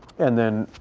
and then